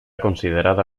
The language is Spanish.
considerada